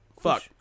fuck